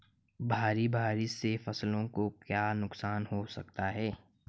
भारी बारिश से फसलों को क्या नुकसान हो सकता है?